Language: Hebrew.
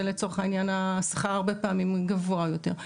ולצורך העניין השכר הרבה פעמים הוא גבוה יותר,